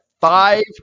five